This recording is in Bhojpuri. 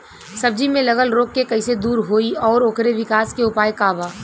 सब्जी में लगल रोग के कइसे दूर होयी और ओकरे विकास के उपाय का बा?